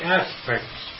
aspects